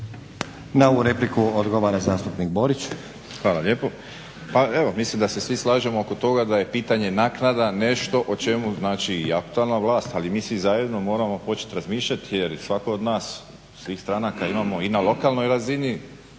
Na ovu repliku odgovara zastupnik Borić.